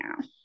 now